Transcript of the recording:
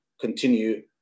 Continue